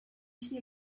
she